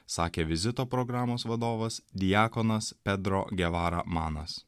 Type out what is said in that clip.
sakė vizito programos vadovas diakonas pedro gevara manas